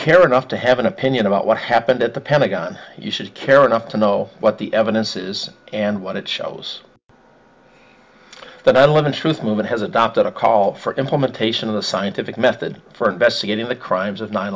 care enough to have an opinion about what happened at the pentagon you should care enough to know what the evidence is and what it shows but i don't in truth movement has adopted a call for implementation of the scientific method for investigating the crimes of nine